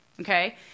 Okay